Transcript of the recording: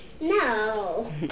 no